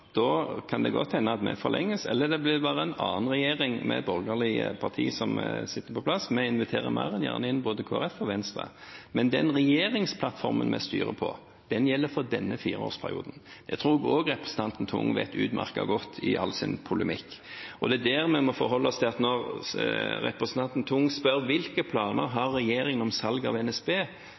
Da kan det godt hende at vår tid forlenges, men det kan være en annen regjering med borgerlige parti som er på plass. Vi inviterer mer enn gjerne inn både Kristelig Folkeparti og Venstre. Men den regjeringsplattformen vi styrer på, gjelder for denne fireårsperioden. Jeg tror også representanten Tung vet det utmerket godt – i all hennes polemikk. Det er slik vi må forholde oss til dette. Når representanten Tung spør «Hvilke planer har regjeringen om salg av NSB?»,